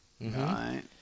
right